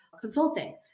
consulting